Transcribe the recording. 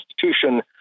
Constitution